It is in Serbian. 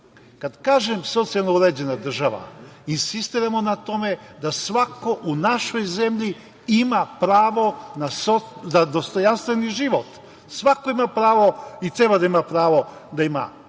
kažem socijalno uređena država, insistiramo na tome da svako u našoj zemlji ima pravo na dostojanstveni život. Svako ima pravo i treba da ima pravo da ima